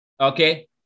okay